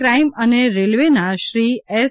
crime અને રેલવેના Shri S